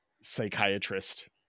psychiatrist